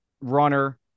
runner